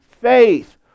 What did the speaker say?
faith